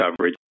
coverage